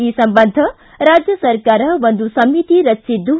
ಈ ಸಂಬಂಧ ರಾಜ್ಯ ಸರ್ಕಾರ ಒಂದು ಸಮಿತಿ ರಚಿಸಿದ್ದು